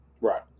right